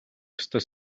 ёстой